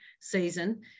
season